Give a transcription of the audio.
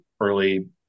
early